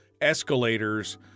escalators